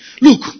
Look